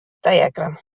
diagram